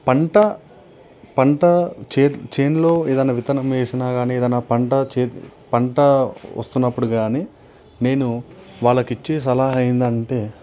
పంట పంట చేతి చేనులో ఏదైనా విత్తనం వేసిన గానీ ఏదన్నా పంట చేతి పంట వస్తున్నప్పుడు గానీ నేను వాళ్లకి ఇచ్చే సలహా ఏందంటే